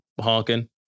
honking